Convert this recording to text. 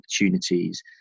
opportunities